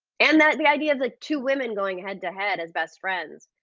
and that the idea of the two women going head to head as best friends.